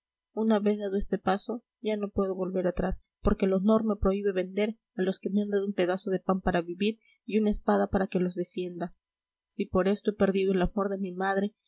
una vez dado este paso ya no puedo volver atrás porque el honor me prohíbe vender a los que me han dado un pedazo de pan para vivir y una espada para que los defienda si por esto he perdido el amor de mi madre